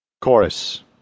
Chorus